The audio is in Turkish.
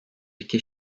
iki